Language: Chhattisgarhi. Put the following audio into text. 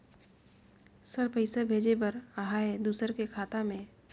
सर पइसा भेजे बर आहाय दुसर के खाता मे?